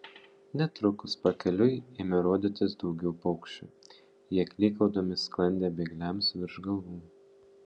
netrukus pakeliui ėmė rodytis daugiau paukščių jie klykaudami sklandė bėgliams virš galvų